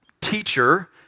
teacher